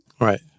Right